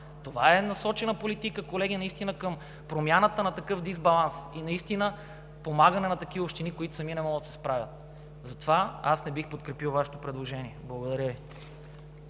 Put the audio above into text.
Това е насочена политика, колеги, към промяната на такъв дисбаланс. Наистина помагаме на такива общини, които сами не могат да се справят, затова аз не бих подкрепил Вашето предложение. Благодаря Ви.